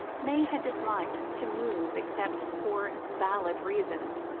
may had disliked to move except for valid reasons,